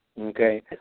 okay